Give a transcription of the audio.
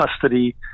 custody